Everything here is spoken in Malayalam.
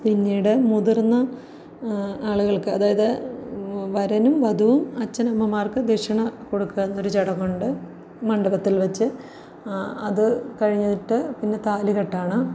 പിന്നീട് മുതിർന്ന ആളുകൾക്ക് അതായത് വരനും വധുവും അച്ഛനമ്മമാർക്ക് ദക്ഷിണ കൊടുക്കാമെന്നൊരു ചടങ്ങുണ്ട് മണ്ഡപത്തിൽ വെച്ച് ആ അത് കഴിഞ്ഞിട്ട് പിന്നെ താലി കെട്ടാണ്